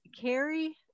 Carrie